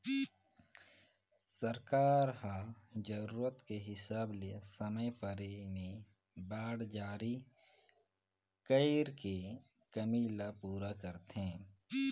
सरकार ह जरूरत के हिसाब ले समे परे में बांड जारी कइर के कमी ल पूरा करथे